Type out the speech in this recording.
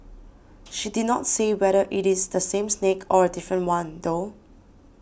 she did not say whether it is the same snake or a different one though